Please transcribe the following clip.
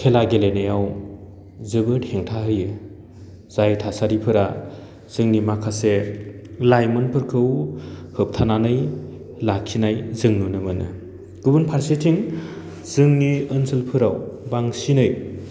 खेला गेलेनायाव जोबोद हेंथा होयो जाय थासारिफोरा जोंनि माखासे लाइमोनफोरखौ होबथानानै लाखिनाय जों नुनो मोनो गुबुन फारसेथिं जोंनि ओनसोलफ्राव बांसिनै